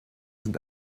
sind